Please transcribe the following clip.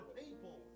people